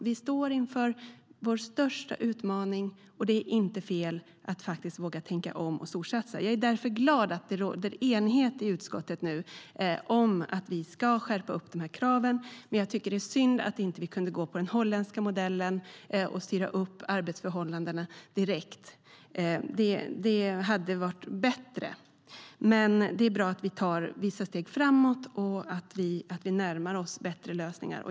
Vi står inför vår största utmaning, och det är inte fel att våga tänka om och storsatsa. Jag är därför glad att det nu råder enighet i utskottet om att vi ska skärpa kraven. Men jag tycker att det är synd att vi inte kunde gå på den holländska modellen och styra upp arbetsförhållandena direkt, för det hade varit bättre. Men det är bra att vi tar vissa steg framåt och närmar oss bättre lösningar.